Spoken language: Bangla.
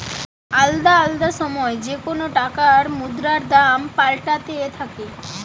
আলদা আলদা সময় যেকোন টাকার মুদ্রার দাম পাল্টাতে থাকে